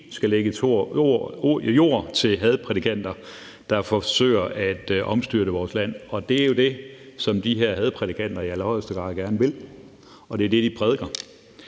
skal lægge jord til hadprædikanter, der forsøger at omstyrte vores land. Det er jo det, som de her hadprædikanter i allerhøjeste grad gerne vil, og det er det, de prædiker.